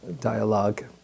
dialogue